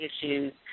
issues